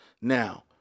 Now-